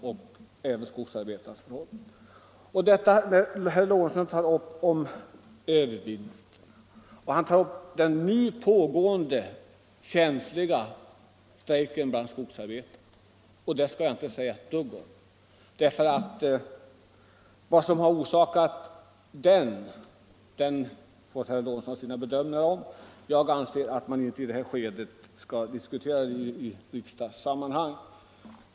Att herr Lorentzon i debatten tar upp övervinsterna och den nu pågående känsliga strejken bland skogsarbetarna skall jag inte i detta skede yttra mig om. Vad som har orsakat den strejken får herr Lorentzon ha sin egen uppfattning om; jag anser att vi i detta skede inte skall diskutera den frågan i riksdagssammanhang.